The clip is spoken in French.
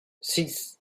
six